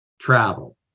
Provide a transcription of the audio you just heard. travel